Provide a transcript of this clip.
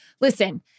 listen